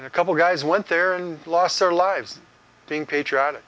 and a couple guys went there and lost their lives being patriotic